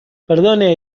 perdone